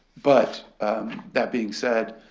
but that being said,